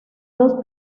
dos